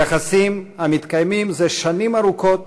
יחסים המתקיימים זה שנים ארוכות